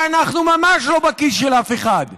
שאנחנו ממש לא בכיס של אף אחד,